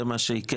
זה מה שעיכב,